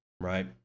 right